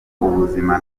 ubuzima